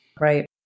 Right